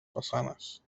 façanes